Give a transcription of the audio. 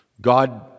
God